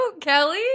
kelly